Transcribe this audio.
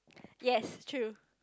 yes true